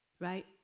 right